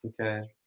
Okay